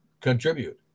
contribute